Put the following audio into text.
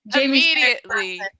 Immediately